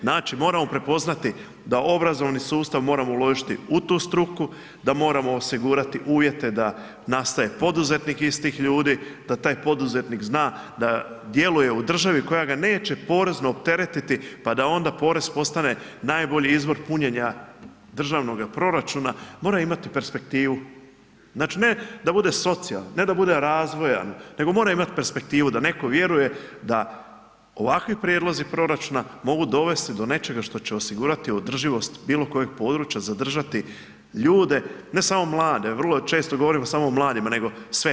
Znači moramo prepoznati da u obrazovni sustav moramo uložiti u tu struku, da moramo osigurati uvjete da nastaje poduzetnik iz tih ljudi, da taj poduzetnik zna da djeluju u državi koja ga neće porezne opteretiti pa da onda porez postane najbolji izvor punjenja državnoga proračuna, mora imati perspektivu, znači ne da bude socijalan, ne da bude razvoja, nego mora imati perspektivu, da netko vjeruje da ovakvi prijedlozi proračuna mogu dovesti do nečega što će osigurati održivost bilo kojeg područja, zadržati ljude, ne samo mlade, vrlo često govorimo samo o mladima, nego sve.